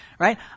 Right